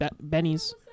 Benny's